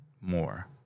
more